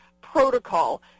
Protocol